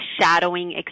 shadowing